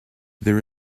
there